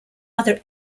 other